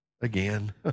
again